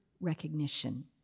recognition